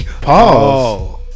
Pause